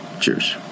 cheers